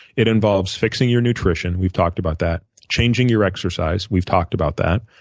it involves fixing your nutrition. we've talked about that. changing your exercise we've talked about that.